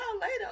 later